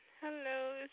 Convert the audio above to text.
Hello